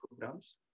programs